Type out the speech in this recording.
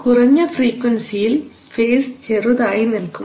കുറഞ്ഞ ഫ്രീക്വൻസിയിൽ ഫേസ് ചെറുതായി നിൽക്കും